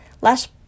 Less